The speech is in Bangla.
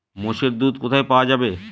মোষের দুধ কোথায় পাওয়া যাবে?